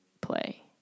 play